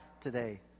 today